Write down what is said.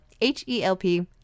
H-E-L-P